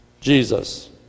Jesus